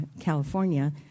California